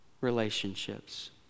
relationships